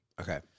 Okay